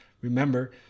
remember